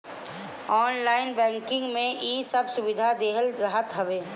online banking में इ सब सुविधा देहल रहत हवे